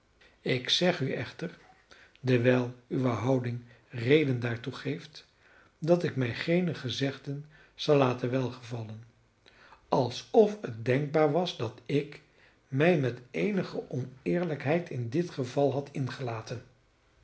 ik zeg nu echter dewijl uwe houding reden daartoe geeft dat ik mij geene gezegden zal laten welgevallen alsof het denkbaar was dat ik mij met eenige oneerlijkheid in dit geval had ingelaten